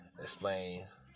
explains